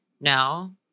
no